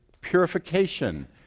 purification